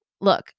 Look